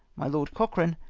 my lord cochrane,